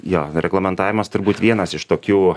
jo reglamentavimas turbūt vienas iš tokių